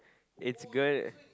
it's good